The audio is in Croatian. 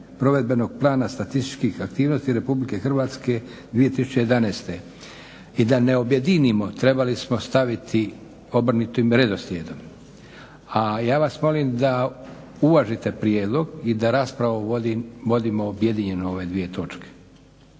provedbenog plana statističkih aktivnosti RH 2011. I da ne objedinimo trebali smo staviti obrnutim redoslijedom, a ja vas molim da uvažite prijedlog i da raspravu vodimo objedinjeno o ove dvije točke.